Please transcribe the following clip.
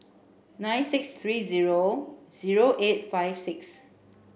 nine six three zero zero eight five six